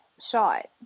shot